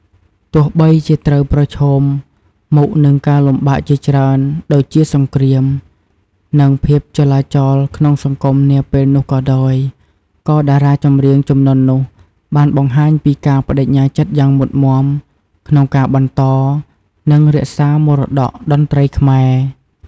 ទោះបីជាត្រូវប្រឈមមុខនឹងការលំបាកជាច្រើន ដូចជាសង្គ្រាម និងភាពចលាចលក្នុងសង្គមនាពេលនោះក៏ដោយ ក៏តារាចម្រៀងជំនាន់នោះបានបង្ហាញពីការប្តេជ្ញាចិត្តយ៉ាងមុតមាំ ក្នុងការបន្ត និងរក្សាមរតកតន្ត្រីខ្មែរ។